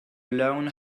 lone